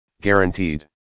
guaranteed